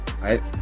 right